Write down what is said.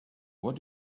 what